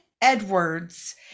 Edwards